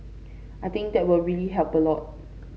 I think that will really help a lot